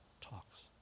talks